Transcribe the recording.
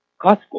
Costco